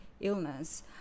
illness